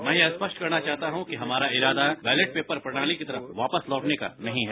मैं यह स्पष्ट करना चाहता हूं कि हमारा इरादा बैलेट पेपर प्रणाली की तरफ वापस लौटने का नहीं है